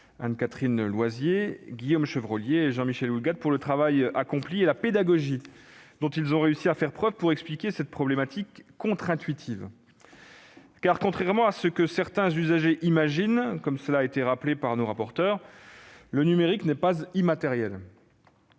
Anne-Catherine Loisier, Guillaume Chevrollier et Jean-Michel Houllegatte, pour le travail accompli et la pédagogie dont ils ont réussi à faire preuve pour expliquer cette problématique « contre-intuitive ». En effet, contrairement à ce que certains usagers imaginent- cela a été rappelé par nos rapporteurs -, le numérique n'est pas immatériel.